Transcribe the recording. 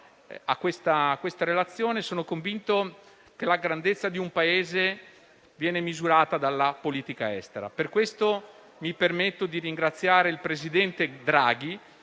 a questa relazione. Io sono convinto che la grandezza di un Paese venga misurata dalla politica estera. Per questo, mi permetto di ringraziare il presidente Draghi,